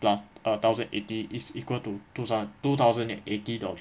plus a thousand eighty is equal to two thous~ two thousand and eighty doll~